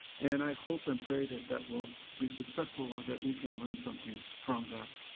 and i hope and pray that that will be successful or that we can learn some things from that.